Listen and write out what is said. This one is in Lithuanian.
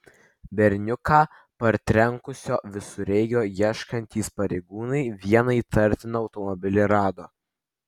berniuką partrenkusio visureigio ieškantys pareigūnai vieną įtartiną automobilį rado